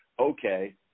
okay